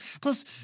Plus